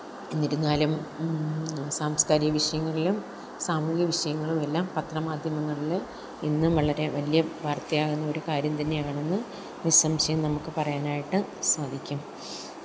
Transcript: എന്നിരുന്നാലും സാംസ്കാരിക വിഷയങ്ങളിലും സാമൂഹിക വിഷയങ്ങളുമെല്ലാം പത്രമാധ്യമങ്ങളിൽ ഇന്നും വളരെ വലിയ വാര്ത്തയാകുന്ന ഒരു കാര്യം തന്നെയാണെന്ന് നിസ്സംശയം നമുക്ക് പറയാനായിട്ടു സാധിക്കും